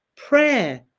Prayer